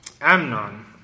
Amnon